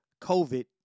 COVID